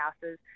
houses